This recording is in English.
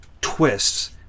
twists